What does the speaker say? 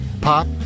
pop